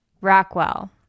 Rockwell